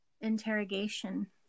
interrogation